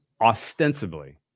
ostensibly